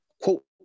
quote